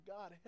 God